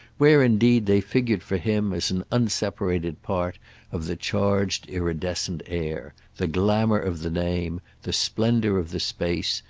where indeed they figured for him as an unseparated part of the charged iridescent air, the glamour of the name, the splendour of the space,